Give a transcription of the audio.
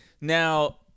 Now